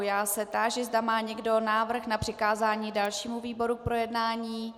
Já se táži, zda má někdo návrh na přikázání dalšímu výboru k projednání.